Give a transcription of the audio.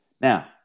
Now